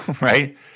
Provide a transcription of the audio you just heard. right